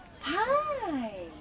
Hi